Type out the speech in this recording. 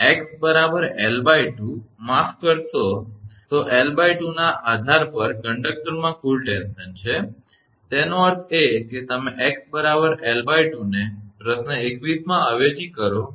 તેથી જ્યારે 𝑥 𝐿2 માફ કરશો તો 𝐿2 ના આધાર પર કંડક્ટરમાં કુલ ટેન્શન છે તેનો અર્થ એ કે તમે 𝑥 𝐿2 ને પ્રશ્ન 21 માં અવેજી કરો છો